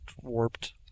warped